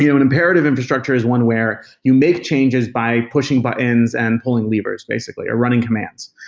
yeah an imperative infrastructure is one where you make changes by pushing buttons and pulling levers, basically, or running commands.